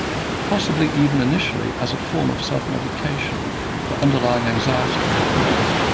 possibly even initially as a form of self-medication for underlying anxiety and depression?